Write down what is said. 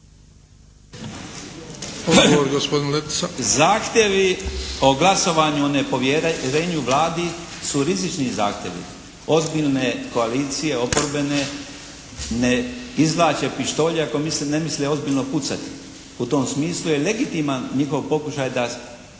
Zahtjevi o glasovanju o nepovjerenju Vladi su rizični zahtjevi ozbiljne koalicije oporbene, ne izvlače pištolje ako ne misle ozbiljno pucati. U tom smislu je legitiman njihov pokušaj da